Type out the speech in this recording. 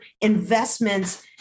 investments